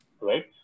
right